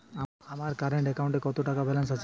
আমার কারেন্ট অ্যাকাউন্টে কত টাকা ব্যালেন্স আছে?